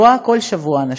רואה כל שבוע אנשים,